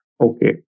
Okay